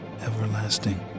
everlasting